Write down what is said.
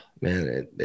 man